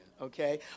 okay